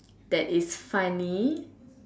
that is funny